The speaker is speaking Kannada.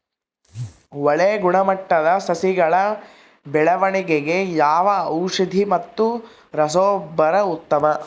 ಒಳ್ಳೆ ಗುಣಮಟ್ಟದ ಸಸಿಗಳ ಬೆಳವಣೆಗೆಗೆ ಯಾವ ಔಷಧಿ ಮತ್ತು ರಸಗೊಬ್ಬರ ಉತ್ತಮ?